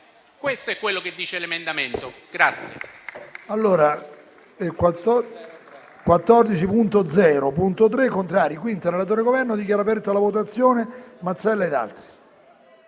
Questo è quello che dice l'emendamento.